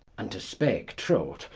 and to speake truth,